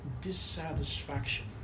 dissatisfaction